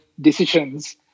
decisions